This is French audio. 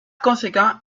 conséquent